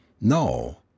No